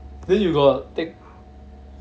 then you got take